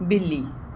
ਬਿੱਲੀ